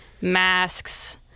masks